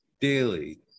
daily